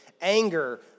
anger